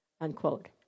unquote